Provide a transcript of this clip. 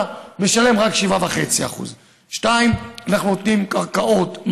משלם רק 7.5%. 2. אנחנו נותנים קרקעות,